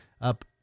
up